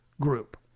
Group